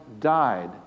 died